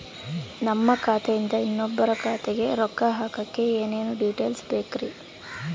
ನಮ್ಮ ಖಾತೆಯಿಂದ ಇನ್ನೊಬ್ಬರ ಖಾತೆಗೆ ರೊಕ್ಕ ಹಾಕಕ್ಕೆ ಏನೇನು ಡೇಟೇಲ್ಸ್ ಬೇಕರಿ?